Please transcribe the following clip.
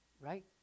right